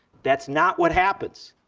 that's not what happens.